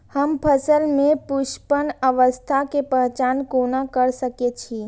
हम फसल में पुष्पन अवस्था के पहचान कोना कर सके छी?